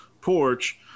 porch